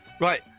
Right